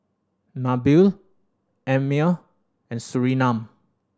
Nabil Ammir and Surinam